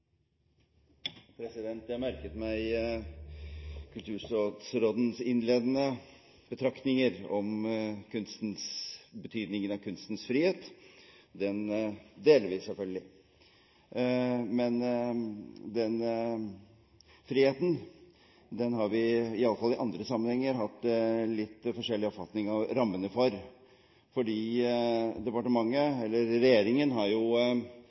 Jeg merket meg kulturstatsrådens innledende betraktninger om betydningen av kunstens frihet. Det synet deler vi, selvfølgelig. Men denne friheten har vi i alle fall i andre sammenhenger hatt litt forskjellig oppfatning av rammene for. Regjeringen har jo